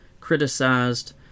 criticized